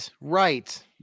right